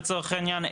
לצורך העניין,